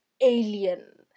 alien